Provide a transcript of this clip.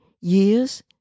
years